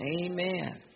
Amen